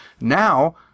now